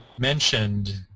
mentioned